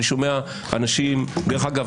אני שומע אנשים - דרך אגב,